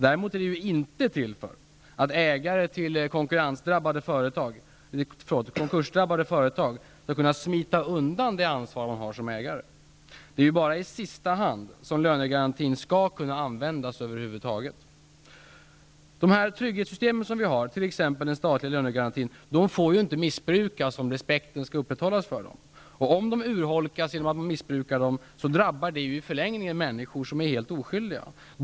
Däremot är den inte till för att ägare till konkursdrabbade företag skall kunna smita undan det ansvar man har som ägare. Det är bara i sista hand som lönegarantin skall kunna användas över huvud taget. De trygghetssystem vi har, den statliga lönegarantin, får inte missbrukas om respekten för dem skall upprätthållas. Om de urholkas genom att man missbrukar dem så drabbar det i förlängningen människor som är helt oskyldiga.